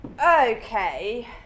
Okay